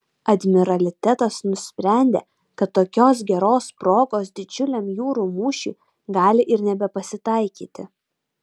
admiralitetas nusprendė kad tokios geros progos didžiuliam jūrų mūšiui gali ir nebepasitaikyti